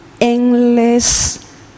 endless